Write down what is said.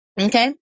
Okay